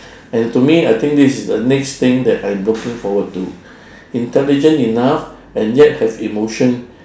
and to me I think this is the next thing that I'm looking forward to intelligent enough and yet have emotion